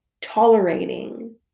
tolerating